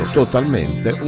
totalmente